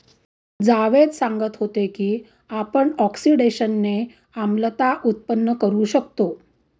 जावेद सांगत होते की आपण ऑक्सिडेशनने आम्लता उत्पन्न करू शकतो